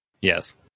Yes